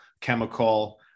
chemical